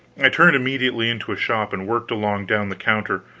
i turned immediately into a shop and worked along down the counter,